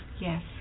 Yes